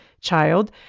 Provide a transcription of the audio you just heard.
child